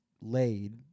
laid